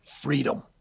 freedom